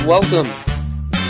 Welcome